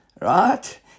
Right